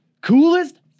Coolest